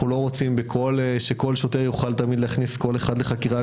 אם אנחנו לא רוצים שכל שוטר יוכל תמיד להכניס כל אחד לחקירה,